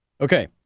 Okay